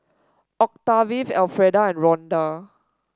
Octave Alfreda and Ronda